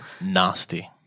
Nasty